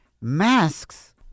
masks